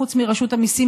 חוץ מרשות המיסים,